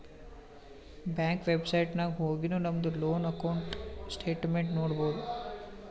bank website ನಾಗ್ ಹೊಗಿನು ನಮ್ದು ಲೋನ್ ಅಕೌಂಟ್ ಸ್ಟೇಟ್ಮೆಂಟ್ ನೋಡ್ಬೋದು